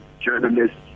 journalists